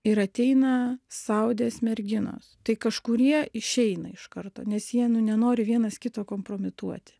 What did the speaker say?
ir ateina saudės merginos tai kažkurie išeina iš karto nes jie nu nenori vienas kito kompromituoti